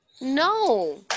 No